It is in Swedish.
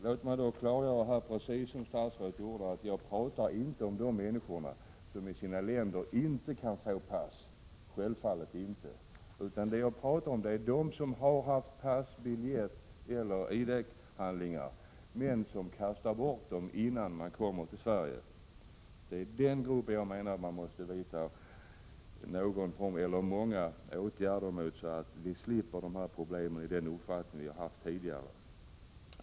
Låt mig klargöra, precis som statsrådet gjorde, att jag inte pratar om de människor som i sina länder inte kan få pass, självfallet inte, utan jag pratar om dem som har haft biljett och pass eller andra id-handlingar men som kastat bort dessa innan de kommit till Sverige. Jag menar att det är mot den gruppen som vi måste vidta många åtgärder, så att vi inte får de här problemen i den omfattning vi har haft tidigare.